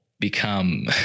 become